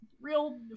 real